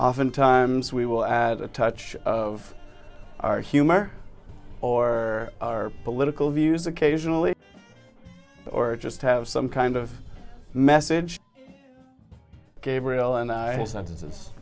oftentimes we will add a touch of our humor or our political views occasionally or just have some kind of message gabriel and i